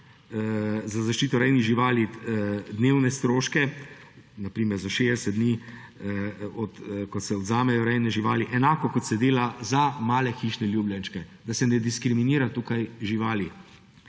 za zaščito rejnih živali dnevne stroške na primer za 60 dni, ko se vzamejo rejne živali, enako kot se dela za male hišne ljubljenčke, da se ne diskriminira tukaj živali,